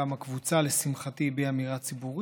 וגם הקבוצה לשמחתי הביעה אמירה ציבורית,